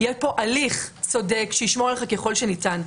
יהיה פה הליך צודק שישמור עליך ככל שניתן,